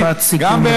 משפט סיכום,